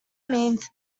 means